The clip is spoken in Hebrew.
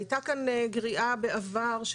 היתה כאן גריעה בעבר,